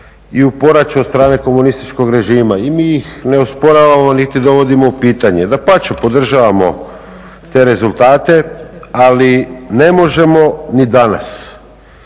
i … od strane komunističkog režima i mi ih ne osporavamo niti dovodimo u pitanje. Dapače, podržavamo te rezultate, ali ne možemo ni danas